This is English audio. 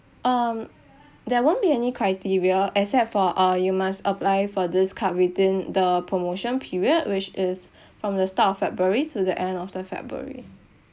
um there won't be any criteria except for uh you must apply for this card within the promotion period which is from the start of february to the end of the february